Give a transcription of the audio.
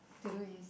to do this